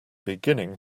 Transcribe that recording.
beginning